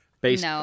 based